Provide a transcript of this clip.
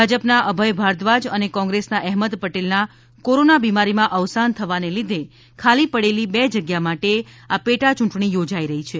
ભાજપના અભય ભારદ્વાજ અને કોંગ્રેસના અહેમદ પટેલના કોરોના બીમારીમાં અવસાન થવાને લીધે ખાલી પડેલી બે જગ્યા માટે આ પેટા યૂંટણી યોજાઈ રહી છે